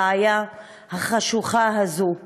הבעיה החשוכה הזאת.